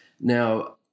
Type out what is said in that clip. Now